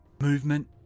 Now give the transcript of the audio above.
Movement